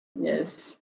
Yes